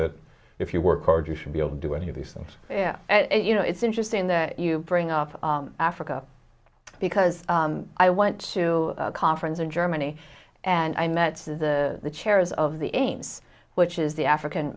that if you work hard you should be able to do any of these things and you know it's interesting that you bring up africa because i went to a conference in germany and i met the the chairs of the aims which is the african